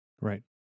Right